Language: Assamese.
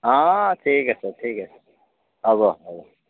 অঁ ঠিক আছে ঠিক আছে হ'ব হ'ব